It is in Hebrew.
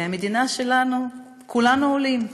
כי המדינה שלנו, כולנו עולים.